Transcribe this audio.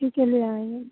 ठीक है ले आएंगे